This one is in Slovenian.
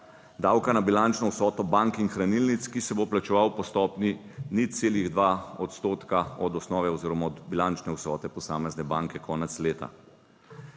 davka na bilančno vsoto bank in hranilnic, ki se bo plačeval po stopnji 0,2 odstotka od osnove oziroma od bilančne vsote posamezne banke konec leta.